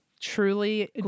Truly